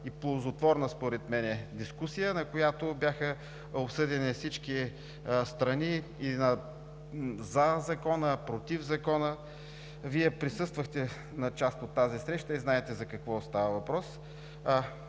и ползотворна според мен дискусия, на която бяха обсъдени всички страни за Закона и против Закона. Вие присъствахте на част от тази среща и знаете за какво става въпрос.